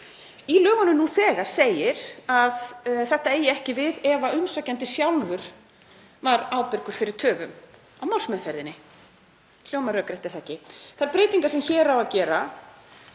Í lögunum nú þegar segir að þetta eigi ekki við ef umsækjandi var sjálfur ábyrgur fyrir töfum á málsmeðferðinni. Hljómar rökrétt, er það ekki? Þær breytingar sem hér á að gera